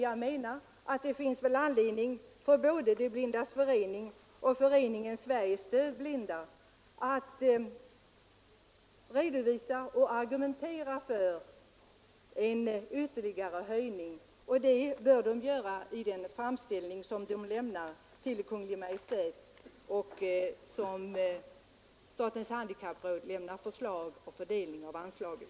Jag menar att det finns anledning för både De blindas förening och Föreningen Sveriges dövblinda att redovisa behovet och argumentera för en ytterligare höjning. Det bör de göra i den framställning som de lämnar till Kungl. Maj:t. Statens handikappråd lämnar sedan förslag om fördelning av anslagen.